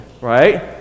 Right